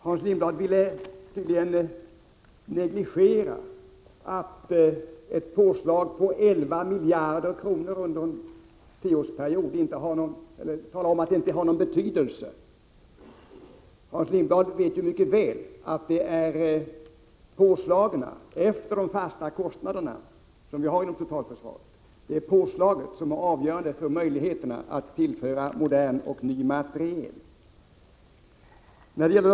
Hans Lindblad ville tydligen framhålla att ett påslag på 11 miljarder kronor under en tioårsperiod inte har någon betydelse. Men Hans Lindblad vet mycket väl att det är påslagen efter de fasta kostnaderna inom totalförsvaret som är avgörande för möjligheterna att tillföra försvaret modern och ny materiel.